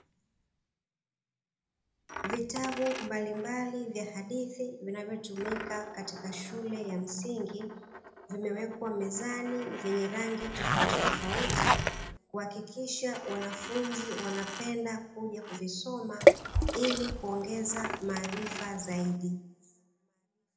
Vitabu mbalimbali vya hadithi vinavyotumika katika shule ya msingi, vimewekwa mezani vyenye rangi tofautitofauti; kuhakikisha wanafunzi wanapenda kuja kuvisoma ili kuongeza maarifa zaidi.